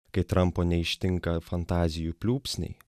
kai trampo neištinka fantazijų pliūpsniai